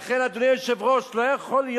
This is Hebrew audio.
לכן, אדוני היושב-ראש, לא יכול להיות,